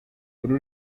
uru